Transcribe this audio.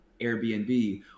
Airbnb